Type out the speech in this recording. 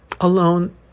alone